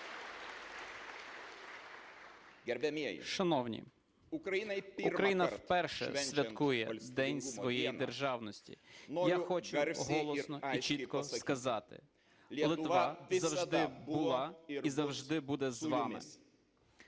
Шановні, Україна вперше святкує день своєї державності. Я хочу голосно і чітко сказати: Литва завжди була і завжди буде з вами.